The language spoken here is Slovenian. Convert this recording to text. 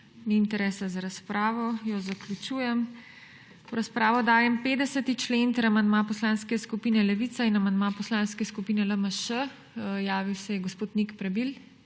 Ni interesa za razpravo. Jo zaključujem. V razpravo dajem 50. člen ter amandma Poslanske skupine Levica in amandma Poslanske skupine LMŠ. Javil se je gospod Nik Prebil.